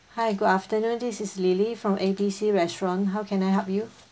hi good afternoon this is lily from A B C restaurant how can I help you